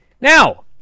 Now